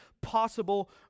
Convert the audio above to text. possible